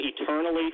eternally